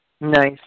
Nice